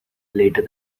later